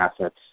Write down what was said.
assets